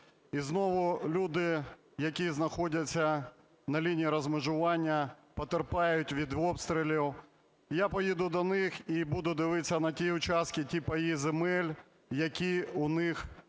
і знову люди, які знаходяться на лінії розмежування, потерпають від обстрілів. Я поїду до них і буду дивитися на ті участки, ті паї земель, які у них знаходяться